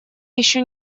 еще